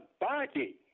body